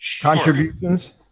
contributions